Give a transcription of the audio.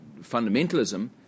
fundamentalism